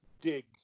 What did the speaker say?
Dig